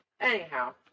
anyhow